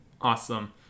awesome